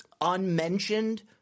unmentioned